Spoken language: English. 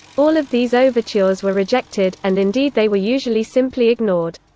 all of these overtures were rejected, and indeed they were usually simply ignored.